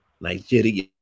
Nigeria